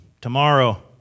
tomorrow